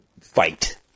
fight